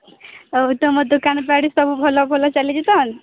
ଆଉ ତୁମ ଦୋକାନ ବାଡ଼ି ସବୁ ଭଲ ଭଲ ଚାଲିଛି ତ